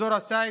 אזור הסייג,